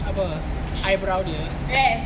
apa eyebrow dia